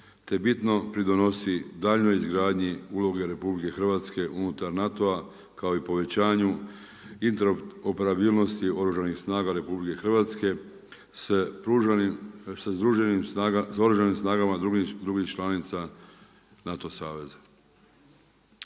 te bitno pridonosi daljnjoj izgradnji uloge RH unutar NATO-a kao i povećanju interoperabilnosti Oružanih snaga RH sa oružanim snagama drugih članica NATO saveza.